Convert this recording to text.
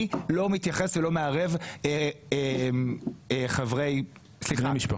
אני לא מתייחס ולא מערב בני משפחה.